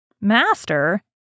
Master